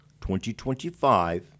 2025